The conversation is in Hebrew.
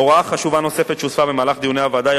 הוראה חשובה נוספת שהוספה במהלך דיוני הוועדה היא